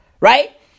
right